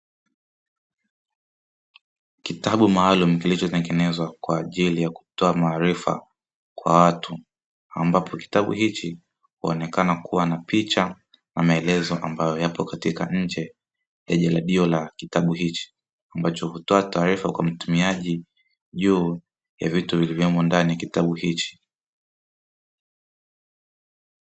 Kitabu maalumu kilichotengenezwa kwa ajili ya kutoa maarifa kwa watu, ambapo kitabu hiki huonekana kuwa na picha na maelezo ambayo yapo katika nje ya jaradio la kitabu hiki, ambacho hutoa taarifa kwa mtumiaji juu ya vitu vilivyomo ndani ya kitabu hiki.